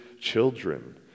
children